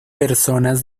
personas